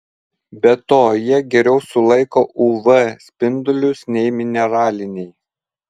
be to jie geriau sulaiko uv spindulius nei mineraliniai